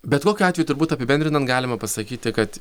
bet kokiu atveju turbūt apibendrinant galima pasakyti kad